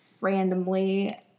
randomly